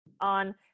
on